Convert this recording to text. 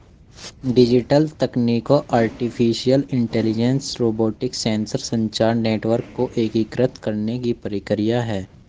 digital तकनीकों artificial intelligence, robotics, sensor, संचार network को एकीकृत करने की प्रक्रिया है